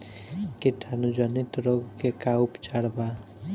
कीटाणु जनित रोग के का उपचार बा?